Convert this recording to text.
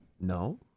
No